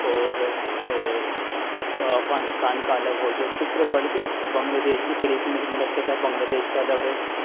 اور افغانستان کا الگ ہو گیا دوسرا بڑھ کے بنگلہ دیش بھی پہلے اسی ملک میں لگتا تھا اب بنگلہ دیش کا الگ ہے